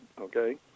okay